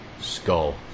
skull